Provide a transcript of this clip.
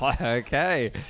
Okay